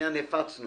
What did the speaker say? לעניין הפצנו